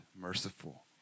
merciful